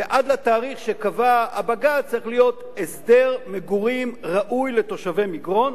ועד התאריך שקבע בג"ץ צריך להיות הסדר מגורים ראוי לתושבי מגרון,